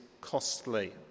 costly